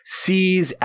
sees